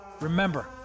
Remember